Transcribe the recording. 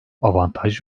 avantaj